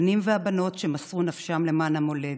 הבנים והבנות שמסרו נפשם למען המולדת,